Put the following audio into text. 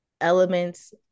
elements